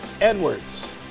Edwards